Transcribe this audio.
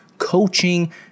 Coaching